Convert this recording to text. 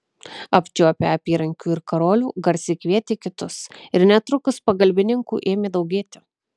apčiuopę apyrankių ir karolių garsiai kvietė kitus ir netrukus pagalbininkų ėmė daugėti